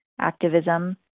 activism